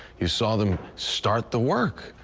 you saw them start the work.